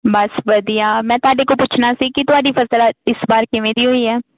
ਬਸ ਵਧੀਆ ਮੈਂ ਤੁਹਾਡੇ ਕੋਲ ਪੁੱਛਣਾ ਸੀ ਕਿ ਤੁਹਾਡੀ ਫ਼ਸਲ ਆ ਇਸ ਵਾਰ ਕਿਵੇਂ ਦੀ ਹੋਈ ਹੈ